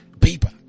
paper